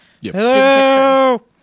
Hello